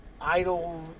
idle